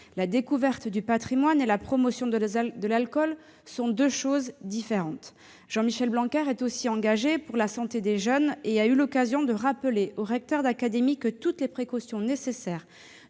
La découverte du patrimoine et la promotion de l'alcool sont deux choses différentes. Jean-Michel Blanquer, qui est aussi engagé pour la santé des jeunes, a eu l'occasion de rappeler aux recteurs d'académie que toutes les précautions nécessaires